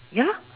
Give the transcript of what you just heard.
ya lor